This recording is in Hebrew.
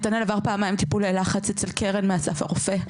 נתנאל עבר פעמיים טיפולי לחץ אצל קרן מאסף הרופא.